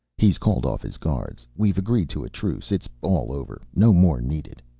he's called off his guards. we've agreed to a truce. it's all over. no more needed.